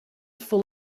full